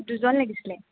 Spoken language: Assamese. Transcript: দুজন লাগিছিলে